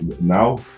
now